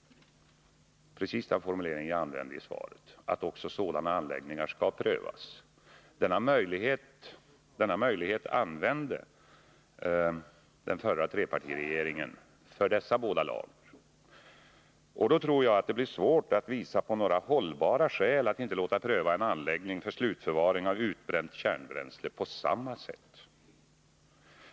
— det var precis den formulering jag använde i svaret — att också sådana anläggningar skall prövas. Denna möjlighet använde den förra trepartiregeringen för dessa båda lager. Därför tror jag att det blir svårt att visa på några hållbara skäl för att inte låta pröva en anläggning för slutförvaring av utbränt kärnbränsle på samma sätt.